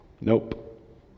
nope